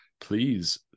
please